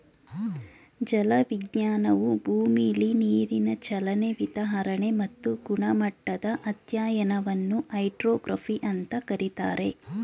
ಜಲವಿಜ್ಞಾನವು ಭೂಮಿಲಿ ನೀರಿನ ಚಲನೆ ವಿತರಣೆ ಮತ್ತು ಗುಣಮಟ್ಟದ ಅಧ್ಯಯನವನ್ನು ಹೈಡ್ರೋಗ್ರಫಿ ಅಂತ ಕರೀತಾರೆ